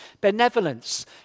benevolence